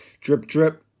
drip-drip